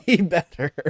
better